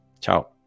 Ciao